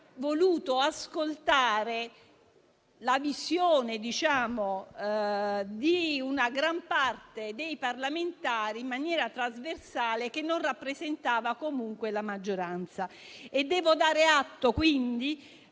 voluto ascoltare la visione di una gran parte dei parlamentari, in maniera trasversale, che non rappresentava comunque la maggioranza. Devo dare atto, quindi,